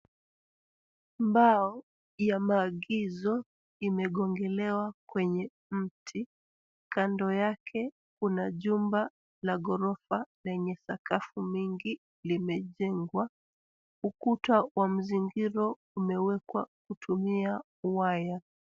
Mbao ya maagizo imegongelewa kwenye mti, kando yake una jumba la ghorofa lenye sakafu mingi limejengwa, ukuta wa mzingiro umewekwa kutumia waya.